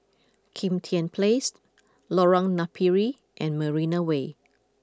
Kim Tian Place Lorong Napiri and Marina Way